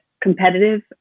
competitive